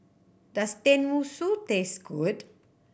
does Tenmusu taste good